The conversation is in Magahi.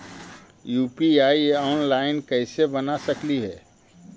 यु.पी.आई ऑनलाइन कैसे बना सकली हे?